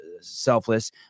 selfless